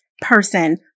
person